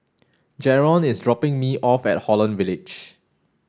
Jaron is dropping me off at Holland Village